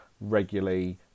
regularly